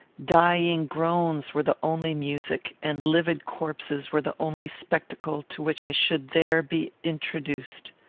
dying groans were the only music, and livid corpses were the only spectacle, to which i should there be introduced.